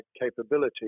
capability